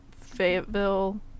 Fayetteville